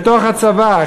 בתוך הצבא,